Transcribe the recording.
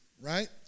right